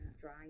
dry